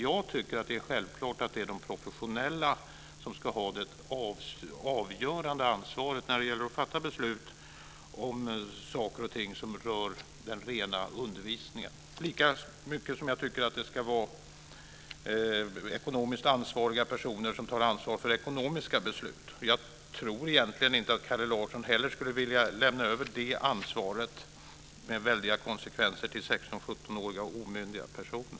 Jag tycker att det är självklart att det är de professionella som ska ha det avgörande ansvaret när det gäller att fatta beslut om saker och ting som rör den rena undervisningen. Detta tycker jag är lika självklart som att det ska vara ekonomiskt ansvariga personer som tar ansvar för ekonomiska beslut. Och jag tror egentligen inte att Kalle Larsson heller skulle vilja lämna över detta ansvar med stora konsekvenser till 16-17-åriga omyndiga personer.